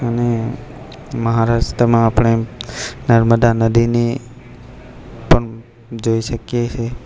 અને મહારાષ્ટ્રમાં આપણે નર્મદા નદીની પણ જોઈ શકીએ છીએ